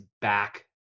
back